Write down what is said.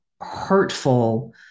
hurtful